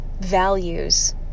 values